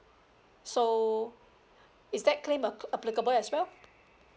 so is that claim uh applicable as well